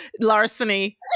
larceny